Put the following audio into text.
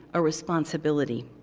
a responsibility.